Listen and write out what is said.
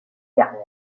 garner